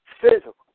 physical